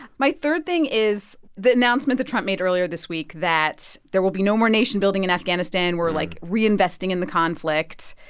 my third thing is the announcement that trump made earlier this week that there will be no more nation building in afghanistan. we're, like, reinvesting in the conflict.